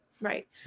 Right